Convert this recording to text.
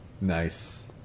Nice